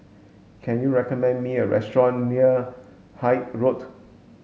can you recommend me a restaurant near Hythe Road